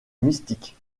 mystiques